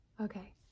Okay